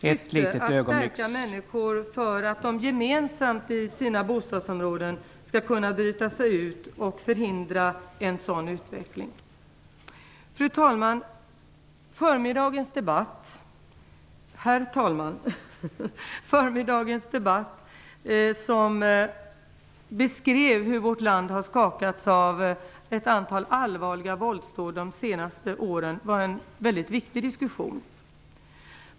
Herr talman! Storstadsutredningens syfte är att stärka människor så att de gemensamt i sina bostadsområden skall kunna bryta sig ut och förhindra en sådan utveckling. Herr talman! Förmiddagens debatt beskrev hur vårt land har skakats av ett antal allvarliga våldsdåd de senaste åren. Det var en väldigt viktig diskussion.